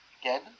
again